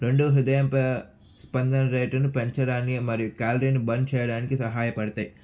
రెండు హృదయం పై స్పందన రేటును పెంచడాన్ని మరియు క్యాలరీని బర్న్ చేయడానికి సహాయపడతాయి